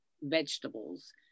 vegetables